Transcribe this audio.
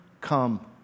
come